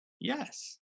Yes